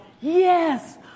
yes